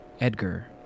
Edgar